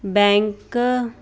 bank